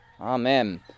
Amen